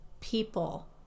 people